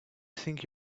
think